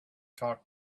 talk